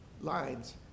lines